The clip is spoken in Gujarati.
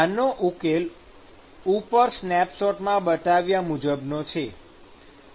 આનો ઉકેલ ઉપર સ્નેપશૉટમાં બતાવ્યા મુજબનો છે